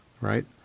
right